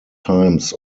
times